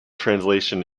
translation